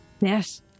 Yes